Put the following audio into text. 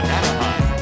Anaheim